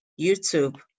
YouTube